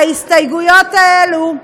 ההסתייגויות האלה,